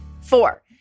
Four